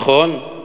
נכון,